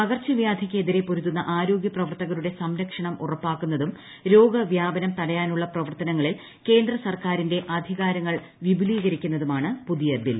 പകർച്ചവ്യാധിയ്ക്ക് എതിരെ പൊരുതുന്ന ആരോഗ്യ പ്രവർത്തകരുടെ സംരക്ഷണം ഉറപ്പാക്കുന്നതും രോഗവ്യാപനം തടയാനുള്ള പ്രവർത്തനങ്ങളിൽ കേന്ദ്രസർക്കാരിന്റെ അധികാരങ്ങൾ വിപുലീകരിക്കുന്നതുമാണ് പുതിയ ബിൽ